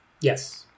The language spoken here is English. Yes